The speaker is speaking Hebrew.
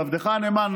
עבדך הנאמן,